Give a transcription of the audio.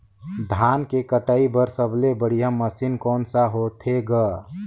धान के कटाई बर सबले बढ़िया मशीन कोन सा होथे ग?